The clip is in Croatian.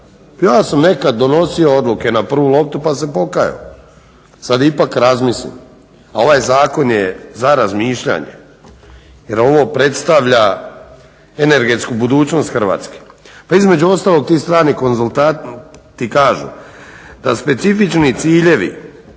Ja sam nekad donosio odluke na prvu loptu pa se pokajao. Sad ipak razmislim. A ovaj zakon je za razmišljanje jer ovo predstavlja energetsku budućnost Hrvatske. Pa između ostalog ti strani konzultanti kažu da specifični ciljevi